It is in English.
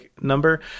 number